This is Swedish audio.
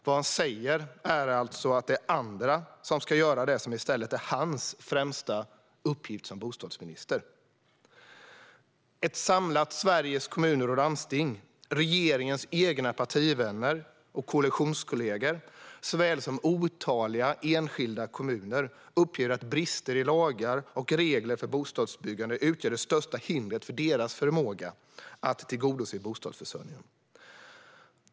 Vad han säger är alltså att det är andra som ska göra det som är hans främsta uppgift som bostadsminister. Ett enigt Sveriges Kommuner och Landsting, regeringens egna partivänner och koalitionskollegor, såväl som otaliga enskilda kommuner uppger att brister i lagar och regler för bostadsbyggande utgör det största hindret för deras förmåga att tillgodose bostadsförsörjningen.